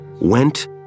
went